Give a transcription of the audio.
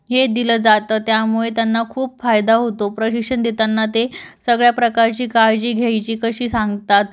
हे दिलं जातं त्यामुळे त्यांना खूप फायदा होतो प्रशिक्षण देताना ते सगळ्या प्रकारची काळजी घ्यायची कशी सांगतात